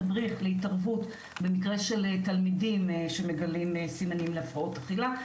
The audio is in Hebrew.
תדריך להתערבות במקרה של תלמידים שמגלים סימנים להפרעות אכילה,